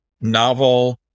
novel